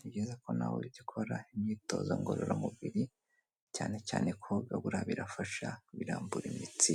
Ni byiza ko nawe ujya ukora imyitozo ngororamubiri cyane cyane koga buriya birafasha, birambura imitsi,